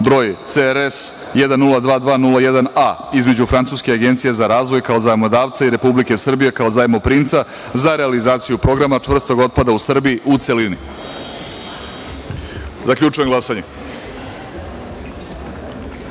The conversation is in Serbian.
br. CRS 1022 01 A između Francuske agencije za razvoj, kao Zajmodavca i Republike Srbije, kao Zajmoprimca, za realizaciju Programa čvrstog otpada u Srbiji, u celini. Zaključujem glasanje: